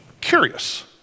curious